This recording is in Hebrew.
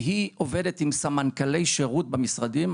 והיא עובדת עם סמנכ"לי שירות במשרדים.